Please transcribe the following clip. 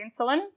insulin